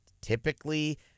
typically